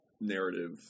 narrative